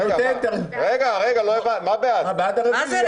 רוב נגד, מיעוט נמנעים,